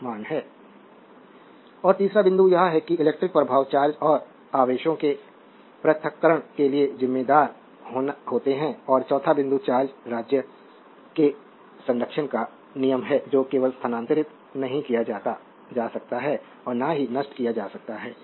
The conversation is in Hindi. देखें स्लाइड समय 1505 और तीसरा बिंदु यह है कि इलेक्ट्रिक प्रभाव चार्ज और आवेशों के पृथक्करण के लिए जिम्मेदार होते हैं और चौथा बिंदु चार्ज राज्य के संरक्षण का नियम है जो केवल स्थानांतरित नहीं किया जा सकता है और न ही नष्ट किया जा सकता है